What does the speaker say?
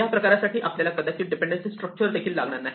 या प्रकारासाठी आपल्याला कदाचित डीपेंडन्सी स्ट्रक्चर देखील लागणार नाही